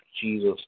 Jesus